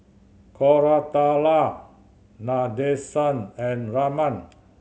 Koratala Nadesan and Raman